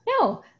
no